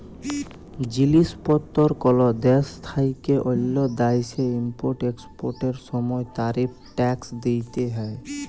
জিলিস পত্তর কল দ্যাশ থ্যাইকে অল্য দ্যাশে ইম্পর্ট এক্সপর্টের সময় তারিফ ট্যাক্স দ্যিতে হ্যয়